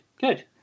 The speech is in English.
Good